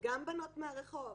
גם בנות מהרחוב.